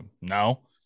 No